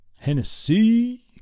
Hennessy